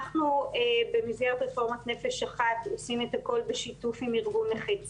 אנחנו במסגרת רפורמת "נפש אחת" עושים את הכול בשיתוף עם ארגון נכי צה"ל.